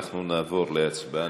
אנחנו נעבור להצבעה.